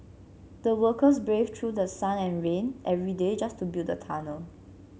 the workers braved through sun and rain every day just to build the tunnel